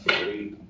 Three